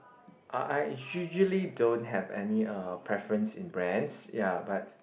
uh I usually don't have any uh preference in brands ya but